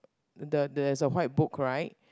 the there's a white book right